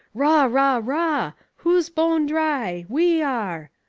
rah! rah! rah! who's bone dry? we are!